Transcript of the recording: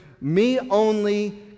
me-only